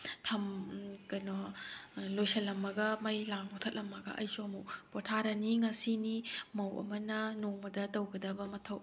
ꯀꯩꯅꯣ ꯂꯣꯏꯁꯤꯜꯂꯝꯂꯒ ꯃꯩ ꯂꯥꯡ ꯃꯨꯊꯠꯂꯝꯂꯒ ꯑꯩꯁꯨ ꯑꯃꯨꯛ ꯄꯣꯊꯥꯔꯅꯤ ꯉꯁꯤꯅꯤ ꯃꯧ ꯑꯃꯅ ꯅꯣꯡꯃꯗ ꯇꯧꯒꯗꯕ ꯃꯊꯧ